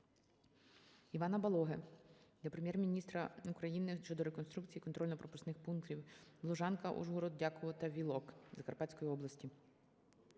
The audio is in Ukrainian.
Івана Балоги до Прем'єр-міністра України щодо реконструкції контрольно-пропускних пунктів "Лужанка", "Ужгород", "Дяково" та "Вілок" Закарпатської області.